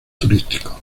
turísticos